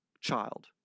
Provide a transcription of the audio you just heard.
child